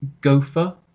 gopher